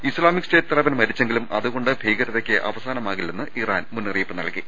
Islamic State തലവൻ മരിച്ചെങ്കിലും അതുകൊണ്ട് ഭീകരതക്ക് അവസാനമാകില്ലെന്ന് ഇറാൻ മുന്നറിയിപ്പ് നൽകി